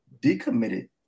decommitted